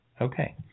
Okay